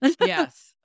Yes